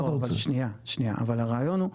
אבל הרעיון הוא,